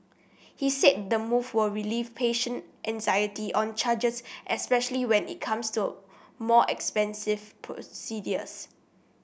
he said the move will relieve patient anxiety on charges especially when it comes to more expensive procedures